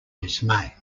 dismay